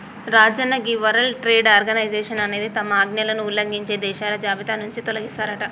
రాజన్న గీ world trade organization అనేది తమ ఆజ్ఞలను ఉల్లంఘించే దేశాల జాబితా నుంచి తొలగిస్తారట